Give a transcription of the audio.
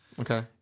Okay